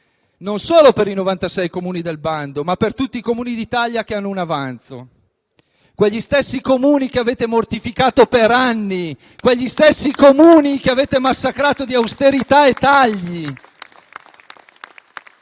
non solo per i 96 Comuni del bando, ma per tutti i Comuni d'Italia che hanno un avanzo; gli stessi Comuni che avete mortificato per anni, che avete massacrato di austerità e tagli!